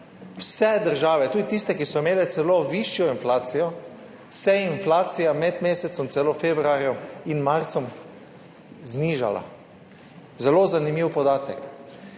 vseh državah, tudi tistih, ki so imele celo višjo inflacijo, se je inflacija celo med mesecem februarjem in marcem znižala. Zelo zanimiv podatek.